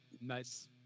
Nice